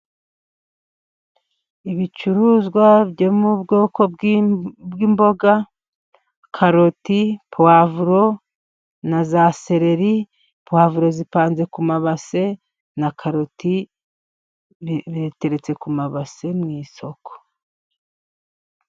Ibicuruzwa byo mu bwoko bw'imboga， karoti，pavuro，na za sereri. Pavuro zipanze ku mabase，na karoti ziteretse ku mabase mu isoko.